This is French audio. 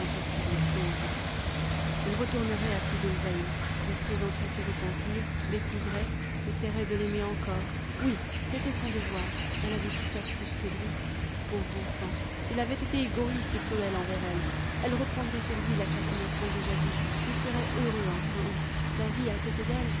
d'impossibles choses il retournerait à sibyl vane lui présenterait ses repentirs l'épouserait essaierait de l'aimer encore oui c'était son devoir elle avait souffert plus que lui pauvre enfant il avait été égoïste et cruel envers elle elle reprendrait sur lui la fascination de jadis ils seraient heureux ensemble la vie à côté d'elle